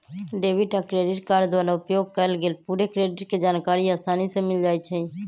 debit आ credit card द्वारा उपयोग कएल गेल पूरे क्रेडिट के जानकारी असानी से मिल जाइ छइ